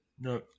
No